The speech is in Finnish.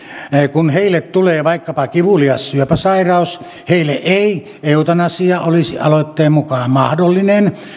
kun heille tulee vaikkapa kivulias syöpäsairaus heille ei eutanasia olisi aloitteen mukaan mahdollinen